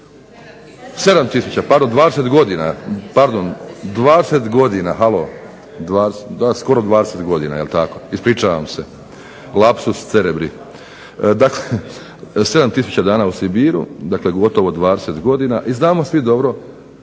7000 pardon, 20 godina, skoro 20 godina jel tako. Ispričavam se. Lapsus cerebri. Dakle "7000 dana u Sibiru", dakle gotovo 20 godina i znamo svi dobro